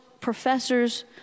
professors